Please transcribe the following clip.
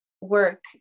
Work